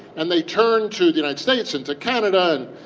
and they turned to the united states and to canada and